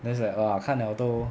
then it's like ugh 看了都